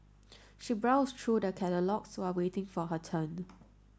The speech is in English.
she browsed through the catalogues while waiting for her turn